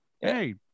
hey